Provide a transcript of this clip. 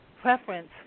preference